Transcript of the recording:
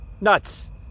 Nuts